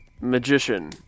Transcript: magician